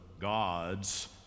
gods